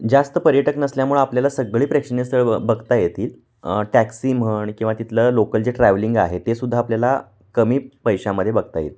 जास्त पर्यटक नसल्यामुळं आपल्याला सगळी प्रेक्षणीय स्थळं बघता येतील टॅक्सी म्हण किंवा तिथलं लोकल जे ट्रॅव्हलिंग आहे तेसुद्धा आपल्याला कमी पैशामध्ये बघता येईल